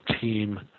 team